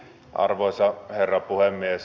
arvoisa puhemies